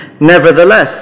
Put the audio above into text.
Nevertheless